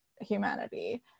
humanity